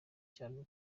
cyarwo